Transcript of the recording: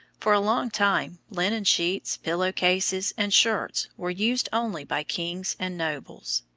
for a long time linen sheets, pillow-cases, and shirts were used only by kings and nobles.